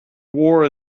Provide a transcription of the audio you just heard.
war